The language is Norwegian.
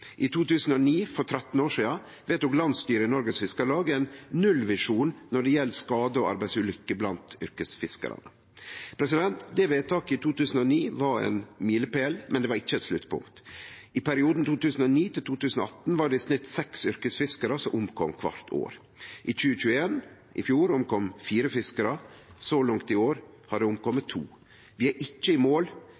I 2009 – for 13 år sidan – vedtok Landsstyret i Norges Fiskarlag ein nullvisjon når det gjeld skadar og arbeidsulykker blant yrkesfiskarane. Det vedtaket i 2009 var ein milepæl, men det var ikkje eit sluttpunkt. I perioden 2009 til 2018 var det i snitt seks yrkesfiskarar som omkom kvart år. I 2021, i fjor, omkom fire fiskarar. Så langt i år har